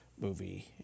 movie